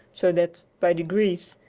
so that, by degrees,